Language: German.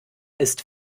ist